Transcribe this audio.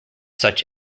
such